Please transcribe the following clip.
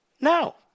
No